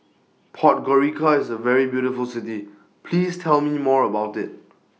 Podgorica IS A very beautiful City Please Tell Me More about IT